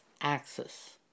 axis